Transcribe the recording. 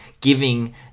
giving